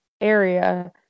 area